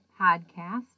Podcast